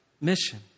mission